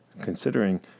considering